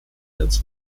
dazu